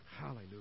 Hallelujah